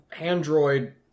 android